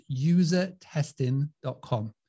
usertesting.com